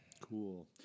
Cool